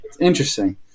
Interesting